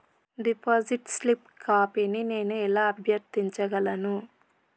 Deposit slip కాపీని నేను ఎలా అభ్యర్థించగలను?